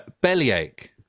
Bellyache